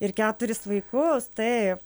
ir keturis vaikus taip